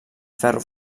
ferro